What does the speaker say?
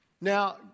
Now